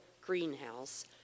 Greenhouse